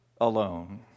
alone